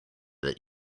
that